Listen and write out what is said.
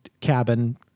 cabin